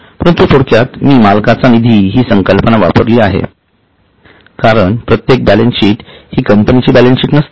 परंतु थोडक्यात मी मालकांचा निधी हि संकल्पना वापरली आहे कारण प्रत्येक बॅलन्सशीट हि कंपनीची बॅलन्सशीट नसते